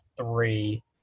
three